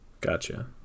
Gotcha